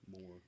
more